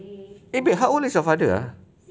eh wait how old is your father ah